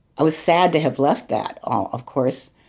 i was sad to have left that all, of course,